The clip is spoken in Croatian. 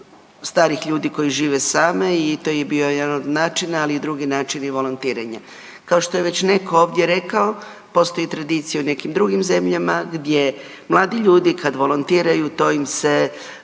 starih ljudi koji žive sami i to je bio jedan od načina, ali i drugi načini volontiranja. Kao što je već netko ovdje rekao postoji tradicija u nekim drugim zemljama gdje mladi ljudi kad volontiraju to im se